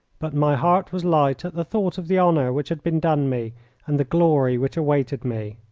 but my heart was light at the thought of the honour which had been done me and the glory which awaited me.